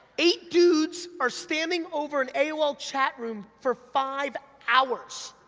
eight dudes are standing over an aol chatroom for five hours,